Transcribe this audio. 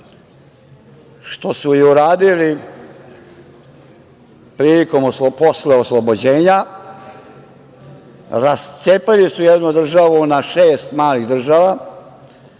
što su i uradili posle oslobođenja. Rascepali su jednu državu na šest malih država,